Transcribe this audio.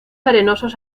arenosos